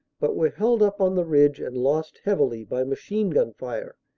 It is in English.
but were held up on the ridge and lost heavily, by machine-gun fire,